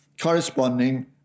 corresponding